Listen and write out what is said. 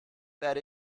that